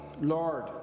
Lord